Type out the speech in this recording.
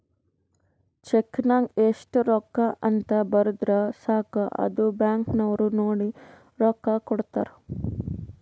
check ನಾಗ್ ಎಸ್ಟ್ ರೊಕ್ಕಾ ಅಂತ್ ಬರ್ದುರ್ ಸಾಕ ಅದು ಬ್ಯಾಂಕ್ ನವ್ರು ನೋಡಿ ರೊಕ್ಕಾ ಕೊಡ್ತಾರ್